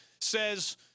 says